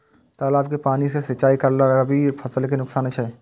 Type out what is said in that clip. तालाब के पानी सँ सिंचाई करला स रबि फसल के नुकसान अछि?